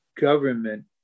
government